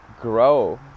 grow